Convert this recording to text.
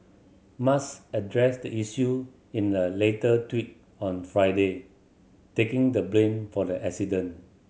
Musk addressed the issue in a later tweet on Friday taking the blame for the accident